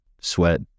sweat